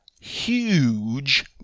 huge